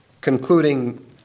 concluding